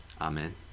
Amen